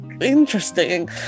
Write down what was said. Interesting